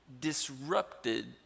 disrupted